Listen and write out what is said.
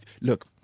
Look